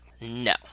No